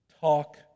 Talk